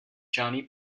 johnny